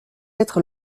être